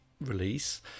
release